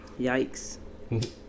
Yikes